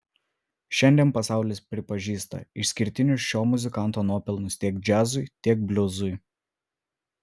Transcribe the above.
šiandien pasaulis pripažįsta išskirtinius šio muzikanto nuopelnus tiek džiazui tiek bliuzui